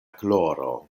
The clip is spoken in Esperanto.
gloro